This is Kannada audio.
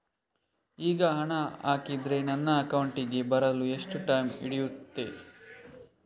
ಈಗ ಹಣ ಹಾಕಿದ್ರೆ ನನ್ನ ಅಕೌಂಟಿಗೆ ಬರಲು ಎಷ್ಟು ಟೈಮ್ ಹಿಡಿಯುತ್ತೆ?